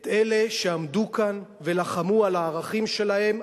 את אלה שעמדו כאן ולחמו על הערכים שלהם,